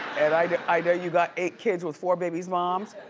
and i know you got eight kids with four baby moms.